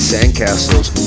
Sandcastles